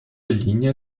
linie